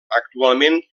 actualment